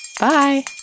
Bye